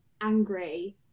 angry